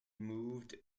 moved